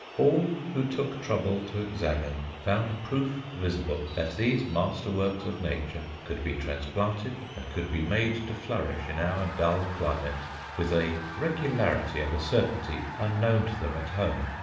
all who took trouble to examine found proof visible that these masterworks of nature could be transplanted and could be made to flourish in our dull climate with a regularity and a certainty unknown to them at home.